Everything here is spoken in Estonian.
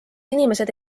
inimesed